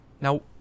Now